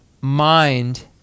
mind